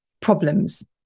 problems